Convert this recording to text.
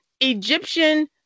Egyptian